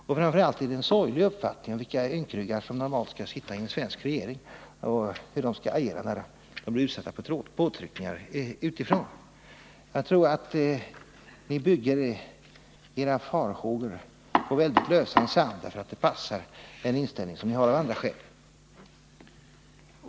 Och framför allt är det en sorglig uppfattning om vilka ynkryggar som normalt skall sitta i en svensk regering och hur de skall agera när de blir utsatta för påtryckningar utifrån. Jag tror att ni bygger era farhågor på lösan sand, därför att det passar den inställning som ni av andra skäl har.